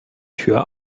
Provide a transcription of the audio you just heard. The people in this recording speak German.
tür